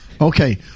Okay